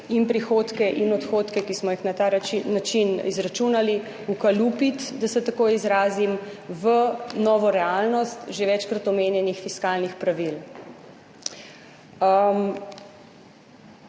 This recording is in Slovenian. in prihodke in odhodke, ki smo jih na ta način izračunali, ukalupiti, da se tako izrazim, v novo realnost že večkrat omenjenih fiskalnih pravil.